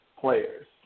players